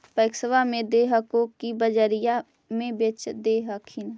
पैक्सबा मे दे हको की बजरिये मे बेच दे हखिन?